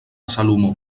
salomó